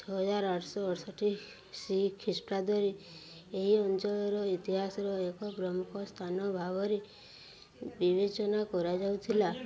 ଛଅହଜାର ଆଠଶହ ଅଡ଼ଷଠି ସେଇ ଖ୍ରୀଷ୍ଟାବ୍ଦରେ ଏହି ଅଞ୍ଚଳର ଇତିହାସର ଏକ ପ୍ରମୁଖ ସ୍ଥାନ ଭାବରେ ବିବେଚନା କରାଯାଉଥିଲା